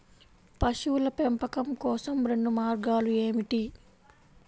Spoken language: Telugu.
పశువుల పెంపకం కోసం రెండు మార్గాలు ఏమిటీ?